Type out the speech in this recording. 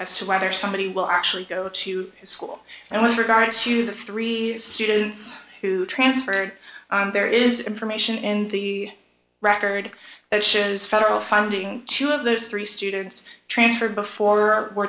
as to whether somebody will actually go to school and with regard to the three students who transferred there is information in the record that shows federal funding to have those three students transferred before